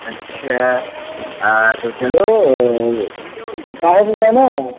अच्छा तो चलो ओ काहे से जाना है